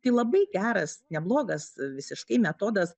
tai labai geras neblogas visiškai metodas